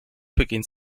beginnt